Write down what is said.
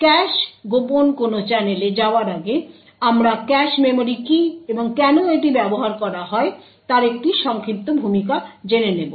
cash কোভার্ট কোন চ্যানেলে যাওয়ার আগে আমরা ক্যাশ মেমরি কি এবং কেন এটি ব্যবহার করা হয় তার একটি সংক্ষিপ্ত ভূমিকা জেনে নেব